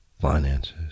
finances